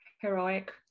heroic